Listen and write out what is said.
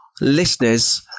listeners